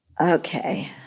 Okay